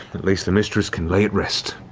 at least the mistress can lay at rest.